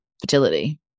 fertility